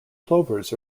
plovers